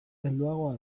helduagoa